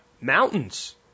mountains